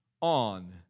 on